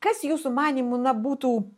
kas jūsų manymu na būtų